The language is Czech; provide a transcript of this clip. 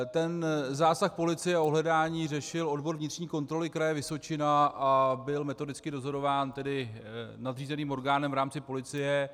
Ten zásah policie a ohledání řešil odbor vnitřní kontroly kraje Vysočina a byl metodicky dozorován nadřízeným orgánem v rámci policie.